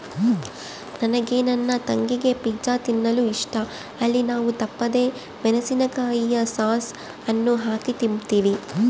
ನನಗೆ ನನ್ನ ತಂಗಿಗೆ ಪಿಜ್ಜಾ ತಿನ್ನಲು ಇಷ್ಟ, ಅಲ್ಲಿ ನಾವು ತಪ್ಪದೆ ಮೆಣಿಸಿನಕಾಯಿಯ ಸಾಸ್ ಅನ್ನು ಹಾಕಿ ತಿಂಬ್ತೀವಿ